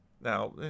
Now